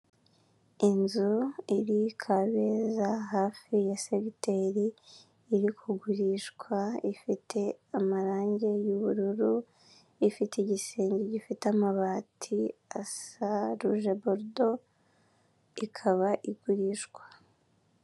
Inzu iri Kabeza hafi ya segiteri iri kugurishwa. Ifite amarange y'ubururu, ifite igisenge gifite amabati asa ruje borodo ikaba igurishwa.